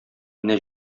менә